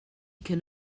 can